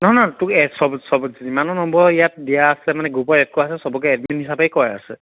নহয় নহয় তোক চব চব যিমানো নম্বৰ ইয়াত দিয়া আছে মানে গ্ৰুপত এড কৰা আছে চবকে এডমিন হিচাপে কৰা আছে